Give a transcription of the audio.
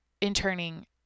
interning